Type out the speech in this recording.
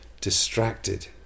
distracted